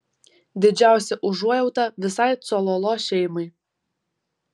didžiausia užuojauta visai cololo šeimai